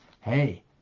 hey